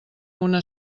una